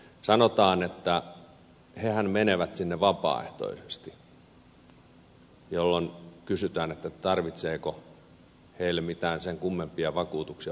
sanotaan että hehän menevät sinne vapaaehtoisesti jolloin kysytään tarvitseeko heille mitään sen kummempia vakuutuksia ja oikeusturvaa antaa